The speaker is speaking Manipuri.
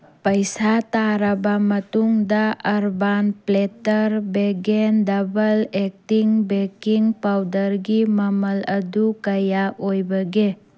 ꯄꯩꯁꯥ ꯇꯥꯔꯕ ꯃꯇꯨꯡꯗ urban platter vegan double acting baking ꯄꯥꯎꯗ꯭ꯔꯒꯤ ꯃꯃꯜ ꯑꯗꯨ ꯀꯌꯥ ꯑꯣꯏꯕꯒꯦ